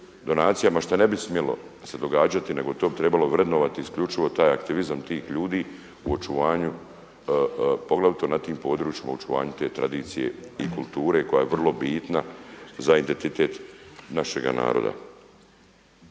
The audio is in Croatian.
donacijama što ne bi smjelo se događati nego bi to trebalo vrednovati isključivo taj aktivizam tih ljudi u očuvanju na tim područjima očuvanju te tradicije i kulture koja je vrlo bitna za identitet našega naroda.